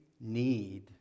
need